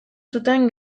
zuten